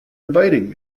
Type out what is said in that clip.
inviting